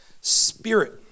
Spirit